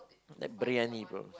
that briyani bro